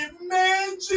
imagine